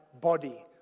body